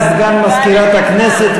הודעה לסגן מזכירת הכנסת.